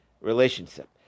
relationship